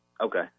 Okay